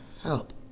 help